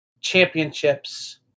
championships